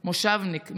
מושבניק,